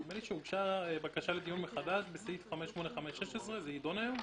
נדמה לי שאושרה הבקשה לדיון מחדש בסעיף 585(16) זה יידון היום?